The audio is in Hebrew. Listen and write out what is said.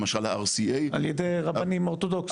למשל ה-RCA --- על ידי רבנים אורתודוקסים?